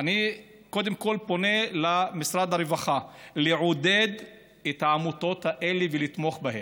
אני קודם כול פונה למשרד הרווחה לעודד את העמותות האלה ולתמוך בהן.